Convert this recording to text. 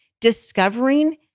discovering